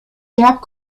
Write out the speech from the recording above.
jack